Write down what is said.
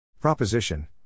Proposition